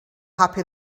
happy